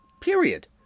period